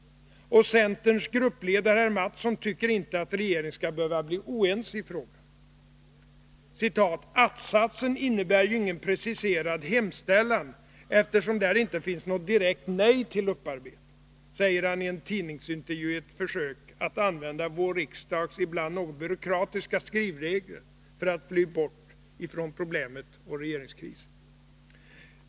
Och centerns gruppledare herr Mattsson tycker inte att regeringen skall behöva bli oense i frågan. ”Att-satsen innebär ju ingen preciserad hemställan, eftersom där inte finns något direkt nej till upparbetning”, säger han i en tidningsintervju i ett försök att använda vår riksdags ibland byråkratiska skrivregler för att fly bort ifrån problemet och regeringskrisen.